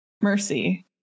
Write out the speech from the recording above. mercy